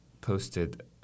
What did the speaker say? posted